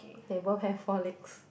they both have four legs